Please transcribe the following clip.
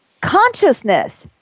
consciousness